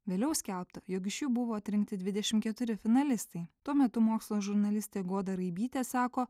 vėliau skelbta jog iš jų buvo atrinkti dvidešim keturi finalistai tuo metu mokslo žurnalistė goda raibytė sako